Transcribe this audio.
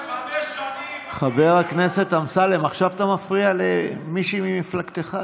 אי-אפשר לקרוא לו שהוא מבייש את ההיסטוריה?